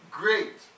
great